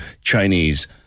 Chinese